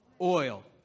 Oil